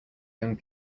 young